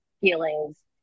feelings